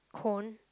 cone